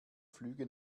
flüge